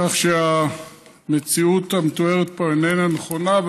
כך שהמציאות המתוארת פה איננה נכונה,